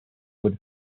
would